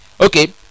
okay